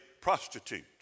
prostitute